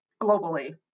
globally